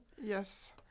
Yes